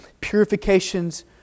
purifications